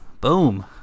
Boom